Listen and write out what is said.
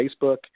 facebook